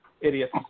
Idiot